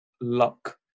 luck